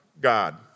God